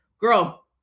girl